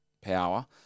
power